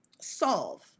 solve